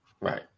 Right